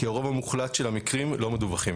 כי הרוב המוחלט של המקרים לא מדווחים.